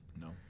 No